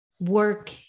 work